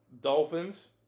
Dolphins